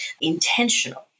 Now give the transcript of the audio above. intentional